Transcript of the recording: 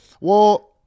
Well-